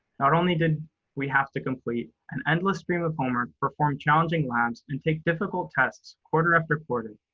not only did we have to complete an endless stream of homework, perform challenging labs, and take difficult tests quarter after quarter,